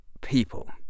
people